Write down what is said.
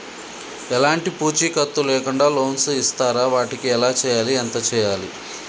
ఎలాంటి పూచీకత్తు లేకుండా లోన్స్ ఇస్తారా వాటికి ఎలా చేయాలి ఎంత చేయాలి?